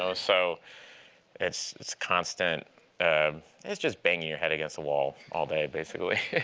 so so it's it's constant it's just banging your head against the wall all day basically.